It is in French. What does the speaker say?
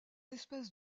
espèces